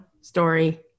story